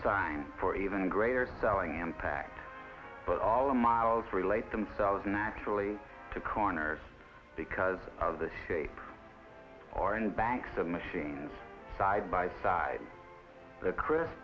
sign for even greater selling impact but all are miles relate themselves naturally to corners because of the shape or in banks of machines side by side the cris